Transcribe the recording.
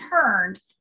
turned